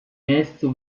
miejscu